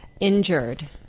injured